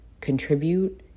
contribute